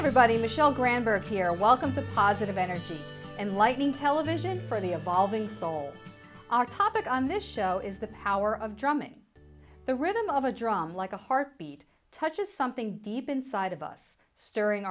gramberg here welcomes the positive energy and lighting television for the a balding told our topic on this show is the power of drumming the rhythm of a drum like a heartbeat touches something deep inside of us stirring